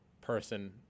person